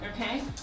Okay